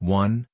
one